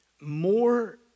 more